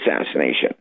assassination